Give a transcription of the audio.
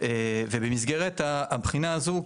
ובמסגרת הבחינה הזו,